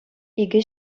икӗ